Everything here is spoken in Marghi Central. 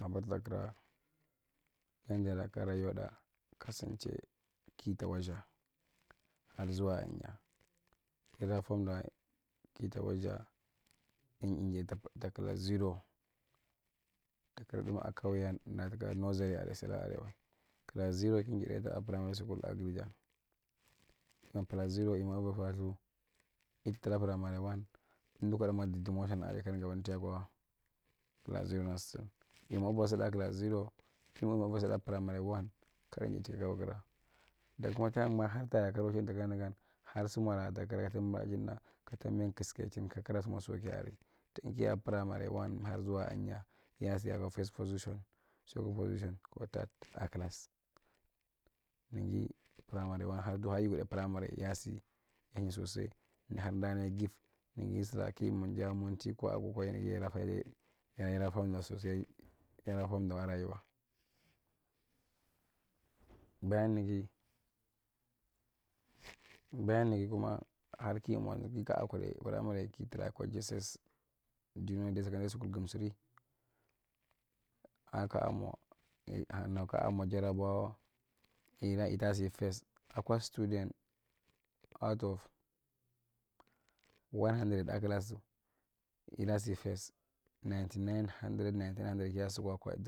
Abzakira yen dadaakwa rayuwatak kasanche kita watza harzuwa achenyae yda fomdawae kila wadza ei injedi takira ziro kakira tduman akawyen natuka nowsari area sulaa area wa kira ziro ki njidaita primary scul a girjang kira ziro imwa eva lpalthu it tra primar wan emdukwadaamwa dimoshan alae kamdu kwandaa gaban to ya’kwa class zero stil imwa uva tsudae kwa class zero ki mwa uva tsudaa kwa primary one kira ichigaba kira dakuma taayiman harkara kamdu rochin tukira nigan hartara simbana chimdna ka tambian kiskejin kakira sumwa sokiale tingkia primary one har zuwa ahenyae ya siakwa fas pisicion siakwo posicion ko tard akwa class nigi to primaru one har guma yikudae primary yaasi yan sosai har madaa nai gift nigi siraki njakwa akwa yigi kwade yinyara fomda sosai yara fomda kwa rayuwa bayan nigi bayan nigi kuma harkimo nigi kaa kudai primary kitrakwa jsss junior dal secondary school gumsiri har kaa mwa jarabawa yidu ei tasi first akwa student out of one hundred akwa class idda si fes ninety nine hundred dia kiyaa scow’kwa.